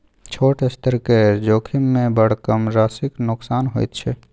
छोट स्तर केर जोखिममे बड़ कम राशिक नोकसान होइत छै